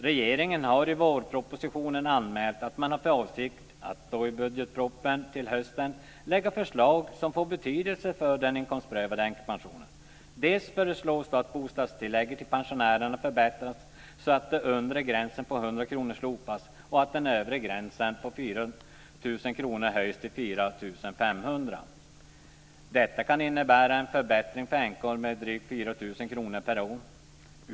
Regeringen har i vårpropositionen anmält att man har för avsikt att i budgetpropositionen till hösten lägga fram förslag som får betydelse för den inkomstprövade änkepensionen. Bl.a. föreslås att bostadstillägget till pensionärerna förbättras så att den undre gränsen på 100 kr slopas och att den övre gränsen på 4 000 kr höjs till 4 500 kr. Detta kan innebära en förbättring för änkorna med drygt 4 000 kr per år.